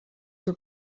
were